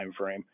timeframe